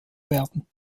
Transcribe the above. werden